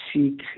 seek